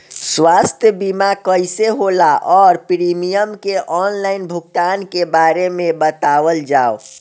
स्वास्थ्य बीमा कइसे होला और प्रीमियम के आनलाइन भुगतान के बारे में बतावल जाव?